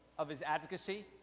of his advocacy,